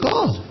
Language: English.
God